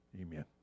amen